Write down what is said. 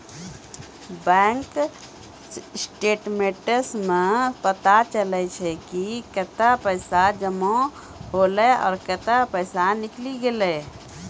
bank statements सें पता चलै छै कि कतै पैसा जमा हौले आरो कतै पैसा निकललै